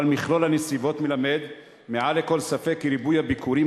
אבל מכלול הנסיבות מלמד מעל לכל ספק כי ריבוי הביקורים